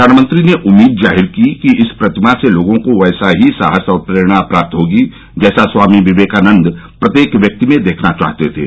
प्रधानमंत्री ने उम्मीद जाहिर की कि इस प्रतिमा से लोगों को वैसा ही साहस और प्रेरणा प्राप्त होगी जैसा स्वामी विवेकानंद प्रत्येक व्यक्ति में देखना चाहते थे